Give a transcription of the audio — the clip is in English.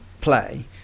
play